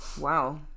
Wow